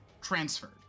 Transferred